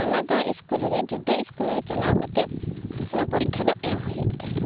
ᱟᱞᱟᱫᱟ ᱤᱥᱠᱩᱞ ᱨᱮ ᱡᱩᱫᱟᱹ ᱤᱥᱠᱩᱞ ᱨᱮ ᱪᱟᱞᱟᱣ ᱠᱟᱛᱮ ᱚᱱᱟ ᱯᱚᱨᱤᱠᱷᱟ ᱫᱚ ᱮᱢ ᱦᱩᱭᱩᱜ ᱛᱮ